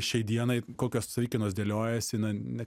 šiai dienai kokios savikainos dėliojasi na ne